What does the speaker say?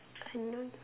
unknown